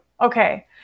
Okay